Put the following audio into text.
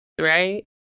right